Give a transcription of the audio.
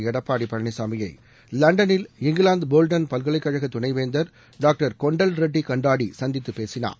எடப்பாடி பழனிசாமியை லண்டனில் இங்கிலாந்து போல்டன் பல்கலைக் கழக துணைவேந்தர் டாக்டர் கொண்டல் ரெட்டி கண்டாடி சந்தித்துப் பேசினார்